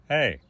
Hey